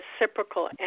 reciprocal